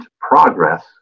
progress